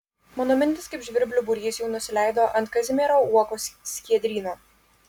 mano mintys kaip žvirblių būrys jau nusileido ant kazimiero uokos skiedryno